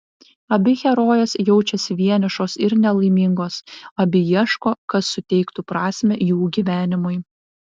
abi herojės jaučiasi vienišos ir nelaimingos abi ieško kas suteiktų prasmę jų gyvenimui